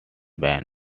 ben